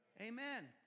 Amen